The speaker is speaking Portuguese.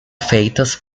feitas